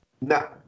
No